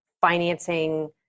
financing